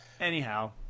Anyhow